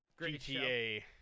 GTA